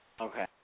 Okay